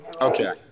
Okay